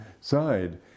side